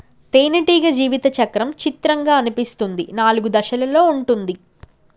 తేనెటీగ జీవిత చక్రం చిత్రంగా అనిపిస్తుంది నాలుగు దశలలో ఉంటుంది